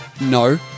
No